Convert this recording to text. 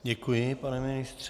Děkuji, pane ministře.